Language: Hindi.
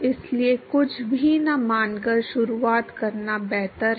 इसलिए कुछ भी न मानकर शुरुआत करना बेहतर है